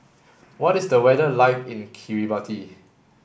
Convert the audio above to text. what is the weather like in Kiribati